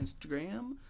Instagram